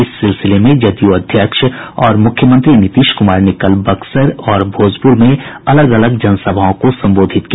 इस सिलसिले में जदयू अध्यक्ष और मुख्यमंत्री नीतीश कुमार ने कल बक्सर और भोजपुर जिले में अलग अलग जनसभाओं को संबोधित किया